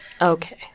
okay